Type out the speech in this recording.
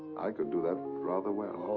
i could do that rather well.